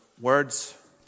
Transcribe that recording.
words